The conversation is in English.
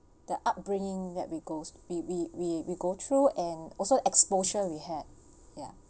the upbringing that we go we we we we go through and also exposure we had